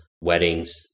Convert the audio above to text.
weddings